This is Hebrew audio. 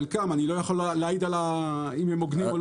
חלקם אני לא יכול לעיד אם הם הוגנים.